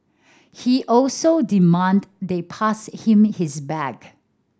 he also demanded they pass him his bag